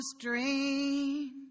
strange